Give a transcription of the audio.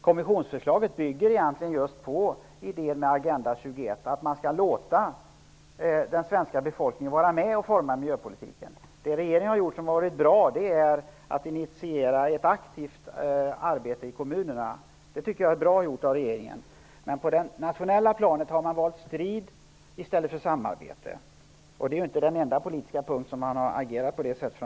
Kommissionsförslaget bygger egentligen just på idén med Agenda 21, att man skall låta den svenska befolkningen vara med och forma miljöpolitiken. Det regeringen har gjort som har varit bra är att den initierat ett aktivt arbete i kommunerna. Det är bra gjort av regeringen. Men på det nationella planet har man valt strid i stället för samarbete. Det är inte den enda politiska punkt där regeringen har agerat på det sättet.